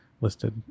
listed